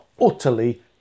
utterly